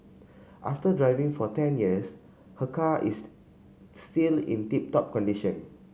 after driving for ten years her car is still in tip top condition